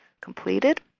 completed